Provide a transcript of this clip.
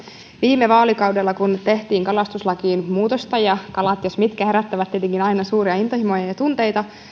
viime vaalikaudella kun tehtiin kalastuslakiin muutosta ja kalat jos mitkä herättävät tietenkin aina suuria intohimoja ja tunteita